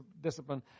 discipline